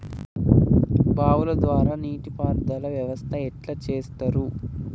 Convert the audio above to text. బావుల ద్వారా నీటి పారుదల వ్యవస్థ ఎట్లా చేత్తరు?